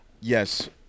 Yes